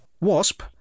Wasp